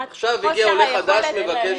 עכשיו עולה חדש ומבקש רישיון לקנאביס.